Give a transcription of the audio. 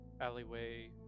alleyway